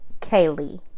Kaylee